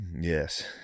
Yes